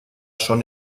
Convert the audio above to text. schon